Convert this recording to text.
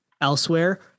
elsewhere